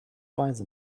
weise